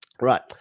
Right